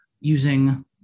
using